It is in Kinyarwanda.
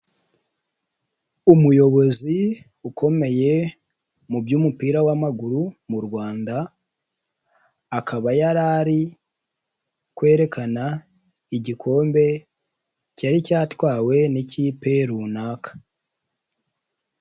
Umuyobozi, ukomeye, mubyumupira w'amaguru, mu Rwanda. Akaba yariri kwerekana igikombe, cyari cyatwawe n'ikipe runaka.